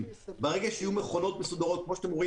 ברגע שיהיו מכונות מסודרות כמו שאתם רואים